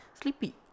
Sleepy